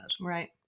Right